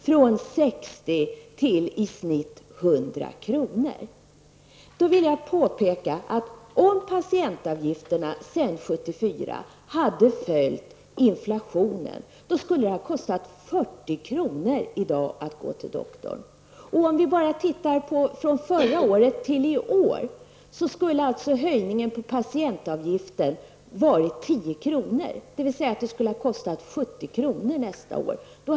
är en rimlig höjning av patientavgifterna. Jag vill påpeka att om patientavgifterna sedan 1974 hade följt inflationen skulle det i dag ha kostat 40 kr. att gå till doktorn. Bara sedan förra året skulle höjningen av patientavgifterna varit 10 kr., dvs. det skulle ha kostat 70 kr.